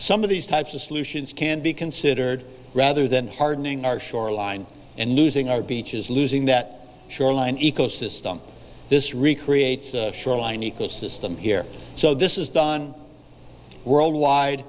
some of these types of solutions can be considered rather than hardening our shoreline and losing our beaches losing that shoreline ecosystem this recreates the shoreline ecosystem here so this is done worldwide